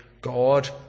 God